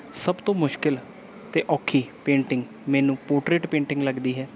ਸਭ ਤੋਂ ਮੁਸ਼ਕਲ ਅਤੇ ਔਖੀ ਪੇਂਟਿੰਗ ਮੈਨੂੰ ਪੋਰਟਰੇਟ ਪੇਂਟਿੰਗ ਲੱਗਦੀ ਹੈ